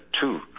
two